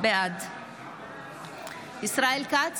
בעד ישראל כץ,